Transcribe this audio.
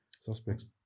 Suspects